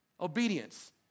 Obedience